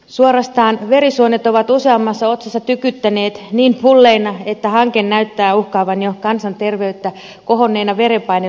suorastaan verisuonet ovat useammassa otsassa tykyttäneet niin pulleina että hanke näyttää uhkaavan jo kansanterveyttä kohonneina verenpainelukuina